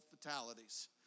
fatalities